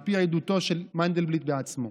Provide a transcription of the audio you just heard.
על פי עדותו של מנדלבליט בעצמו.